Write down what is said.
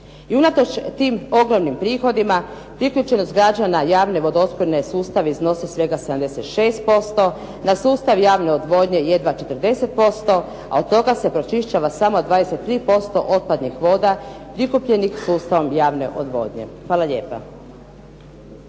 unatoč tim ogromnim prihodima, priključenost građana javne vodoopskrbne sustave iznosi svega 76%, na sustav javne odvodnje jedva 40%, a od toga se pročišćava samo 23% otpadnih voda prikupljenih sustavom javne odvodnje. Hvala lijepa.